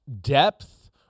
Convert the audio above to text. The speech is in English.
depth